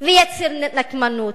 ויצר נקמנות,